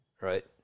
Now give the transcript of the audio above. Right